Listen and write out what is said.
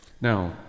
Now